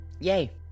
Yay